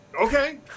Okay